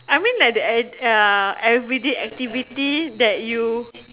I mean like the adds uh everyday activity that you